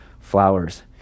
flowers